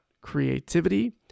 creativity